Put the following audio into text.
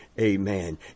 Amen